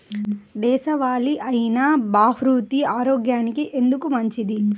దేశవాలి అయినా బహ్రూతి ఆరోగ్యానికి ఎందుకు మంచిది?